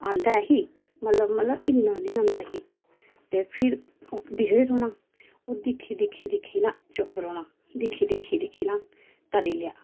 आंदा ऐ ही मतलब मतलब इन्ना नी आंदा ही ते फिर दिक्खदे रौह्ना और दिक्खी दिक्खी दिक्खी ना चुप्प रौह्ना दिक्खी दिक्खी दिक्खी ना करी लेआ